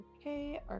Okay